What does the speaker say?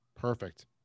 Perfect